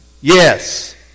Yes